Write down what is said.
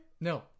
No